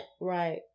Right